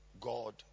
God